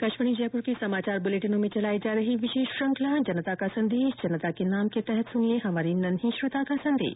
आकाशवाणी जयपुर के समाचार बुलेटिनों में चलाई जा रही विशेष श्रृखला जनता का संदेश जनता के नाम के तहत सुनिये हमारी नन्ही श्रोता का संदेश